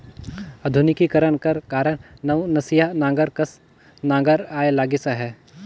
आधुनिकीकरन कर कारन नवनसिया नांगर कस नागर आए लगिस अहे